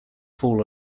fall